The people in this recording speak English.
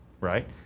Right